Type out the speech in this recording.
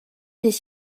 des